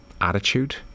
attitude